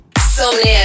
Somnium